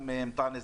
אנטאנס,